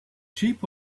sheep